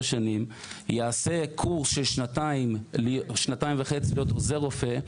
שנים יעשה קורס של שנתיים וחצי להיות עוזר רופא,